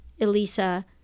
Elisa